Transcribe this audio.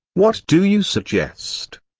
what do you suggest?